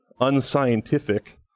unscientific